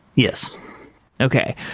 yes okay.